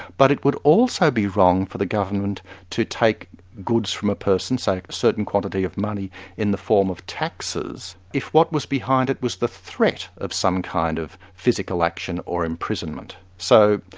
but it would also be wrong for the government to take goods from a person, say a certain quantity of money in the form of taxes, if what was behind it was the threat of some kind of physical action or imprisonment. so,